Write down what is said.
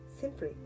simply